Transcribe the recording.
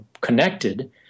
connected